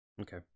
Okay